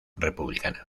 republicana